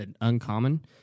uncommon